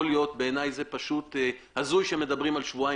יכול להיות בעיניי זה פשוט הזוי שמדברים על שבועיים